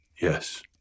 Yes